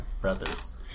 brother's